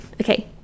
Okay